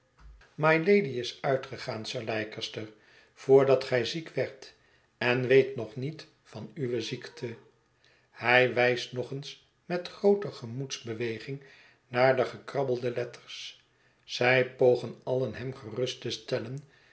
mymylady is uitgegaan sir leicester voordat gij ziek werdt èn weet nog niet van uwe ziekte hij wijst nog eens met groote gemoedsbeweging naar de gekrabbelde letters zij pogen allen hem gerust te stellen